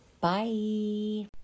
Bye